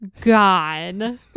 god